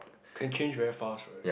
can change very fast right